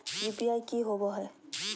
UPI की होबो है?